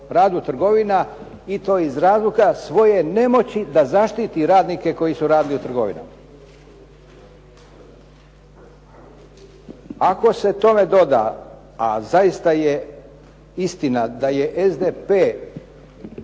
radu trgovina i to iz razloga svoje nemoći da zaštiti radnike koji su radili u trgovinama. Ako se tome doda, a zaista je istina da je SDP